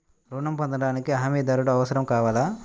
ఋణం పొందటానికి హమీదారుడు అవసరం కావాలా?